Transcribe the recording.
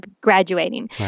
graduating